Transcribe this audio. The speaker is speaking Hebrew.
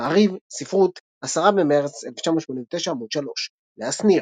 מעריב, ספרות, 10 במרץ 1989, עמ' 3. לאה שניר.